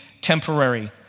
temporary